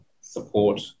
support